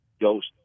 ghost